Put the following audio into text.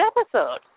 episode